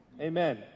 Amen